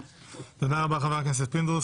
תודה רבה, חבר הכנסת פינדרוס.